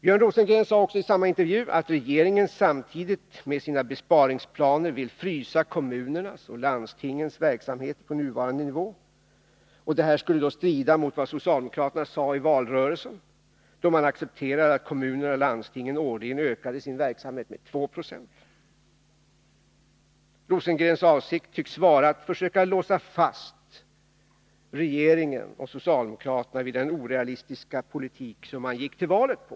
Björn Rosengren sade också i samma intervju att regeringen samtidigt med sina besparingsplaner vill frysa kommunernas och landstingens verksamheter på nuvarande nivå. Enligt Björn Rosengren strider detta mot vad socialdemokraterna sade i valrörelsen, då man accepterade att kommunerna och landstingen årligen ökade sin verksamhet med 2 26. Björn Rosengrens avsikt tycks vara att försöka låsa fast socialdemokraterna vid den orealistiska politik de gick till val på.